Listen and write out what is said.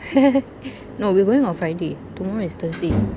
no we we're going on friday tomorrow is thursday